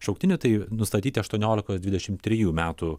šauktinių tai nustatyti aštuoniolikos dvidešimt trijų metų